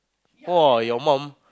mom your mom